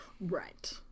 Right